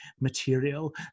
material